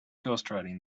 ghostwriting